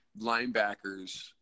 linebackers